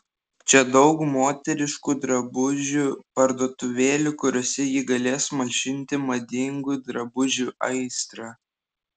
čia daug moteriškų drabužių parduotuvėlių kuriose ji galės malšinti madingų drabužių aistrą